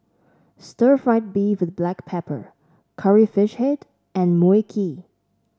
Stir Fried Beef with Black Pepper Curry Fish Head and Mui Kee